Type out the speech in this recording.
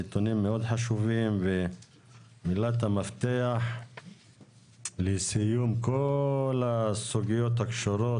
נתונים מאוד חשובים ומילת המפתח לסיום כל הסוגיות הקשורות,